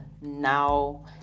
now